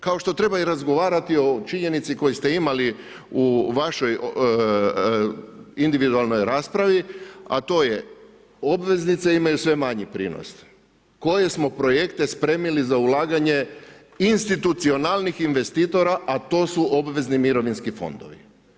Kao što treba i razgovarati o činjenici koju ste imali u vašoj individualnoj raspravi, a to je obveznice imaju sve manji prinos, koje smo projekte spremili za ulaganje institucionalnih investitora, a to su obvezni mirovinski fondovi.